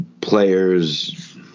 players